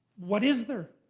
what is there?